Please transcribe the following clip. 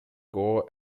gore